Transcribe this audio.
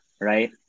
right